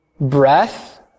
breath